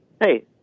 Hey